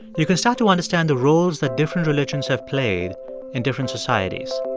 you can start to understand the roles that different religions have played in different societies